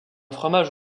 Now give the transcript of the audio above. fromage